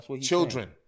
children